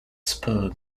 spur